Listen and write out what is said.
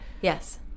Yes